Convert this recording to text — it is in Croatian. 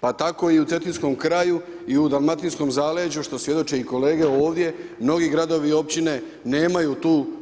Pa tako i u cetinskom kraju i u dalmatinskom zaleđu, što svjedoče i kolege ovdje, mnogi gradovi i općine